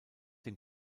dem